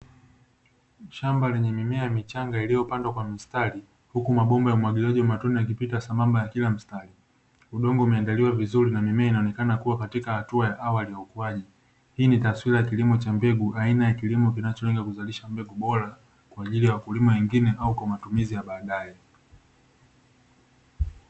Shamba lenye mimea michanga liliyopandwa kwa mstari huku mabomba ya umwagiliaji wa matone yakipita sambamba katika kila mstari, udongo umeandaliwa vizuri na mimea inaonekana kuwa katika hatua ya awali ya ukuaji, hii ni taswira ya kilimo cha mbegu aina ya kilimo kinacholenga kuzalisha mbegu bora kwa ajili ya wakulima wengine au kwa matumizi ya baadae.